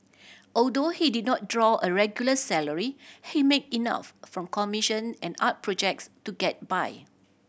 although he did not draw a regular salary he made enough from commission and art projects to get by